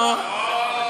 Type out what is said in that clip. לא, לא, לא.